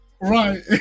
Right